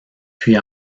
puis